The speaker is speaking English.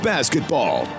Basketball